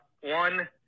One